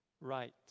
right